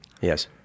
Yes